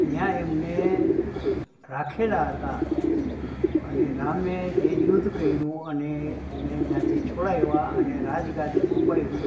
ત્યાં એમને રાખેલાં હતાં અને રામે જે યુદ્ધ કર્યું અને એને ત્યાંથી છોડાવ્યાં અને રાજગાદી અપાવી